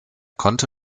konnte